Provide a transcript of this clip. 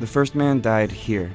the first man died here